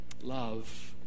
Love